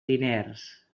diners